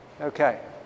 Okay